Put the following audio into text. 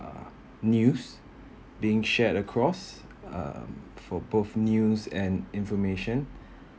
uh news being shared across um for both news and information